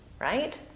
right